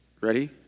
ready